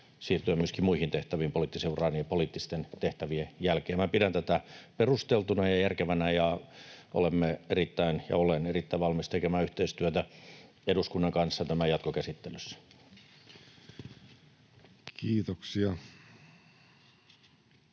siirtyä myöskin muihin tehtäviin poliittisen uran ja poliittisten tehtävien jälkeen. Minä pidän tätä perusteltuna ja järkevänä, ja olemme ja olen erittäin valmis tekemään yhteistyötä eduskunnan kanssa tämän jatkokäsittelyssä.